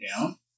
down